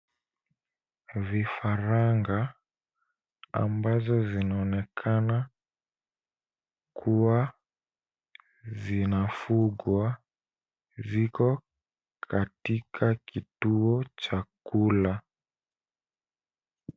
Vifaranga ambazo zinaonekana kuwa zinafugwa ziko katika kituo cha kula.